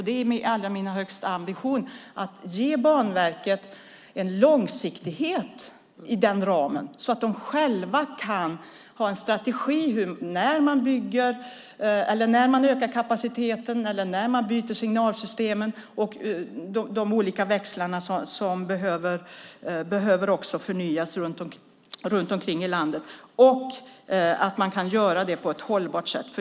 Det är min allra högsta ambition att ge Banverket en långsiktighet inom den ramen så att de själva dels kan ha en strategi för när de bygger, ökar kapaciteten och byter de signalsystem och de växlar som behöver förnyas runt omkring i landet, dels kan göra detta på ett hållbart sätt.